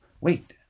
wait